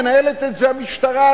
מנהלת את זה המשטרה,